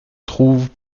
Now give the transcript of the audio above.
trouve